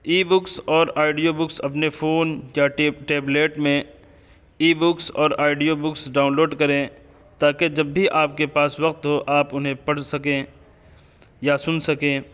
ای books اور audio books اپنے phone یا ٹیب ٹیبلٹ میں آڈیو بکس اور آڈیو بکس ڈاؤن لوڈ کریں تا کہ جب بھی آپ کے پاس وقت ہو آپ انہیں پڑھ سکیں یا سن سکیں